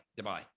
Dubai